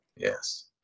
yes